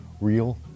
real